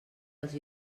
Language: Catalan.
els